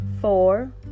Four